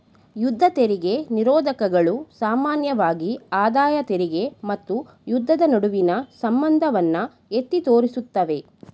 ಯುದ್ಧ ತೆರಿಗೆ ನಿರೋಧಕಗಳು ಸಾಮಾನ್ಯವಾಗಿ ಆದಾಯ ತೆರಿಗೆ ಮತ್ತು ಯುದ್ಧದ ನಡುವಿನ ಸಂಬಂಧವನ್ನ ಎತ್ತಿ ತೋರಿಸುತ್ತವೆ